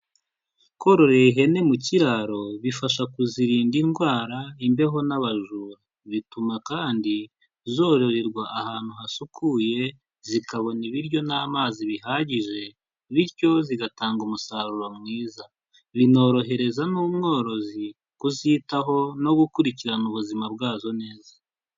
Kororera ihene mu kiraro bifasha kuzirinda indwara, imbeho n'abajura. Bituma kandi zororerwa ahantu hasukuye, zikabona ibiryo n'amazi bihagije, bityo zigatanga umusaruro mwiza. Binorohereza n'umworozi kuzitaho no gukurikirana ubuzima bwazo neza.